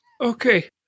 Okay